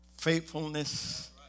faithfulness